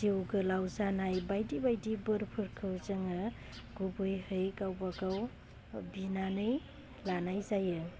जिउ गोलाउ जानाय बायदि बायदि बोरफोरखौ जोङो गुबैयै गावबा गाव बिनानै लानाय जायो